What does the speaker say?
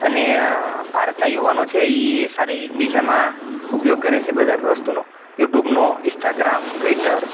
અને ભારતના યુવાનો છે એ સારી દિશામાં ઉપયોગ કરે છે બધા વસ્તુનો યુટ્યુબનો ઇસ્ટાગ્રામ ટ્વિટર